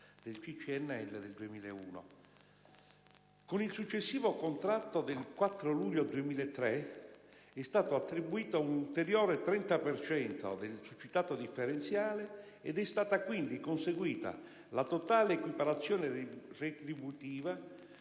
del CCNL del 2001. Con il successivo contratto del 24 luglio 2003 è stato attribuito un ulteriore 30 per cento del succitato differenziale ed è stata quindi conseguita la totale equiparazione retributiva